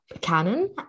canon